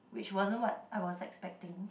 which wasn't what I was expecting